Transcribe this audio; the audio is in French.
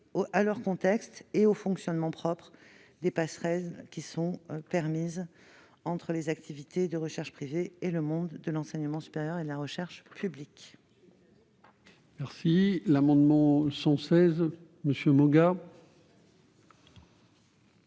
au contexte et au fonctionnement propre des passerelles permises entre les activités de recherche privée et le monde de l'enseignement supérieur et de la recherche publique. L'amendement n° 116, présenté